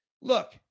Look